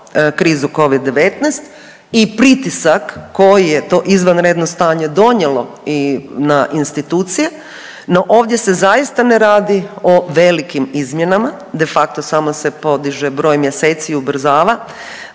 krizu covid-19 i pritisak koji je to izvanredno stanje donijelo na institucije, no ovdje se zaista ne radi o velikim izmjenama, de facto samo se podiže broj mjeseci i ubrzava